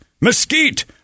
mesquite